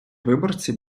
виборці